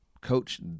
coach